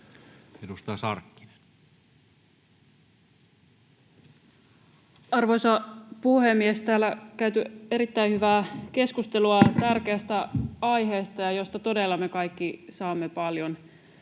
19:17 Content: Arvoisa puhemies! Täällä on käyty erittäin hyvää keskustelua tärkeästä aiheesta, josta todella me kaikki saamme paljon